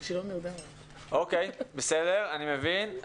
אני מבין.